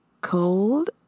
cold